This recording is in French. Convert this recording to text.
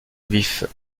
vif